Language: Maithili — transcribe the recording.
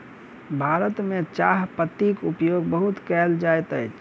भारत में चाह पत्तीक उपयोग बहुत कयल जाइत अछि